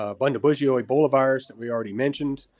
ah bundibugyo ebola virus that we already mentioned,